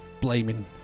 blaming